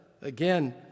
again